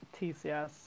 TCS